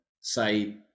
say